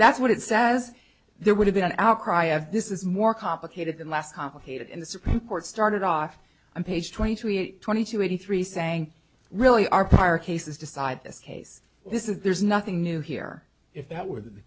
that's what it says there would have been an outcry if this is more complicated than less complicated in the supreme court started off on page twenty eight twenty two eighty three saying really our prior cases decide this case this is there's nothing new here if that were the